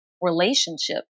relationship